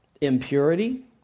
impurity